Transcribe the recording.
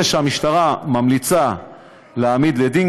בין זה שהמשטרה ממליצה להעמיד לדין,